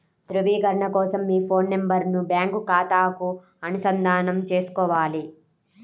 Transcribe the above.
ధ్రువీకరణ కోసం మీ ఫోన్ నెంబరును బ్యాంకు ఖాతాకు అనుసంధానం చేసుకోవాలి